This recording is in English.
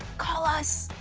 call us!